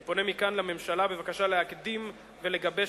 אני פונה מכאן לממשלה בבקשה להקדים ולגבש